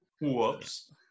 Whoops